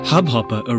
Hubhopper